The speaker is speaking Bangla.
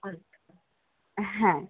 হ্যাঁ